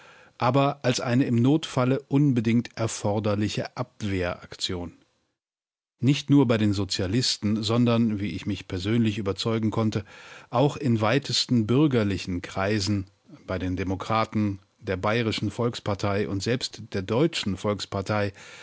aber als eine im notfalle unbedingt erforderliche abwehraktion nicht nur bei den sozialisten sondern wie ich mich persönlich überzeugen konnte auch in weitesten bürgerlichen kreisen bei den demokraten der bayerischen volkspartei und selbst der deutschen volkspartei